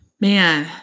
man